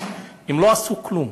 הם לא עשו כלום.